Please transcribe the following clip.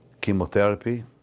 Chemotherapy